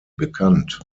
bekannt